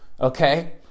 okay